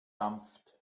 dampft